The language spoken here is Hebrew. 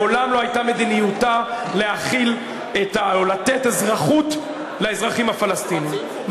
מעולם לא הייתה מדיניותה להחיל או לתת אזרחות לאזרחים הפלסטינים.